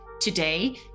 Today